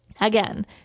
again